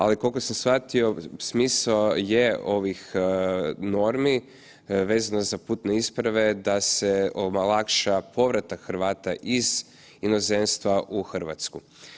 Ali, koliko sam shvatio, smisao je ovih normi vezano za putne isprave, da se ova lakša, povratak Hrvata iz inozemstva u Hrvatsku.